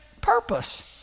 purpose